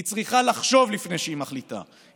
היא צריכה לחשוב לפני שהיא מחליטה,